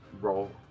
Roll